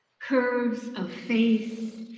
curves of face,